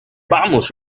vamos